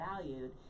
valued